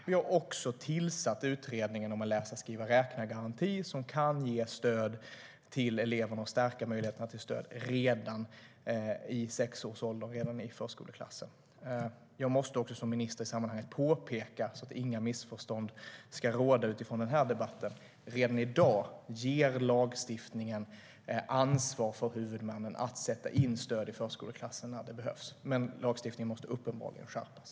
Vi har också tillsatt en utredning om läsa-skriva-räkna-garantin, som kan ge stöd till eleverna och stärka möjligheterna till stöd redan i sexårsåldern och i förskoleklassen. För att inga missförstånd ska råda utifrån denna debatt måste jag som minister i sammanhanget påpeka att lagstiftningen redan i dag ger huvudmannen ansvar för att sätta in stöd i förskoleklassen när det behövs. Men lagstiftningen måste uppenbarligen skärpas.